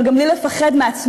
אבל גם בלי לפחד מעצמנו,